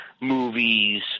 movies